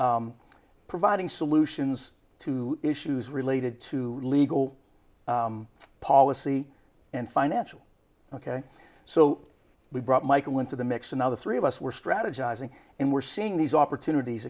providing solutions to issues related to legal policy and financial ok so we brought michael into the mix another three of us were strategizing and we're seeing these opportunities